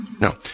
no